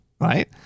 right